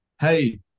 hey